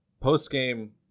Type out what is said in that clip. Post-game